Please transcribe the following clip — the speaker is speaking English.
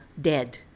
dead